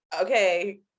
Okay